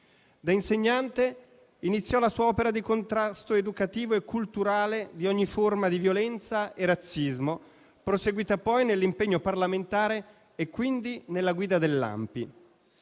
Da insegnante iniziò la sua opera di contrasto educativo e culturale a ogni forma di violenza e razzismo, proseguita poi nell'impegno parlamentare e quindi nella guida dell'ANPI.